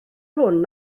hwn